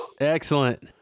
excellent